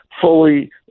fully